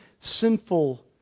sinful